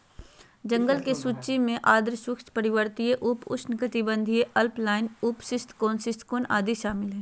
जंगल की सूची में आर्द्र शुष्क, पर्वतीय, उप उष्णकटिबंधीय, उपअल्पाइन, उप शीतोष्ण, शीतोष्ण आदि शामिल हइ